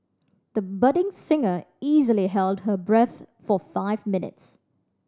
the budding singer easily held her breath for five minutes